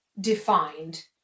defined